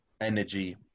energy